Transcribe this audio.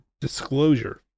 Disclosure